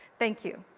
thank you.